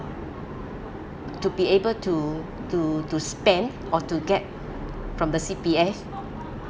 to be able to to to spend or to get from the C_P_F